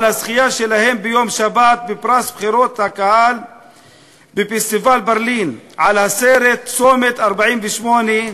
על הזכייה שלהם בשבת בפרס בחירת הקהל בפסטיבל ברלין על הסרט "צומת 48'",